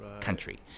country